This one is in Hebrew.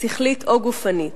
שכלית או גופנית.